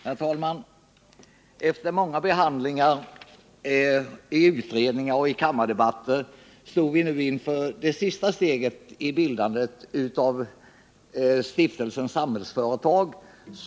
Herr talman! Efter många behandlingar i utredningar och i kammardebatter står vi nu inför det sista steget i bildandet av Stiftelsen Samhällsföretag.